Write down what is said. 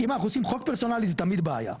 אם אנחנו עושים חוק פרסונלי זה תמיד בעיה,